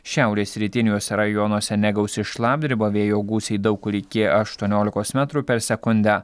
šiaurės rytiniuose rajonuose negausi šlapdriba vėjo gūsiai daug kur iki aštuoniolikos metrų per sekundę